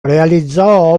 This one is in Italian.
realizzò